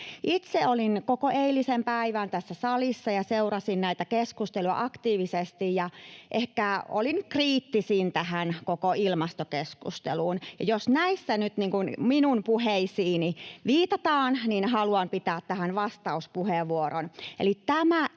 Itse olin koko eilisen päivän tässä salissa ja seurasin näitä keskusteluja aktiivisesti, ja ehkä olin kriittisin tähän koko ilmastokeskusteluun, ja jos näissä nyt minun puheisiini viitataan, niin haluan pitää tähän vastauspuheenvuoron.